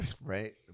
Right